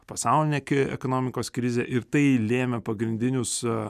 pasaulinė ekonomikos krizė ir tai lėmė pagrindinius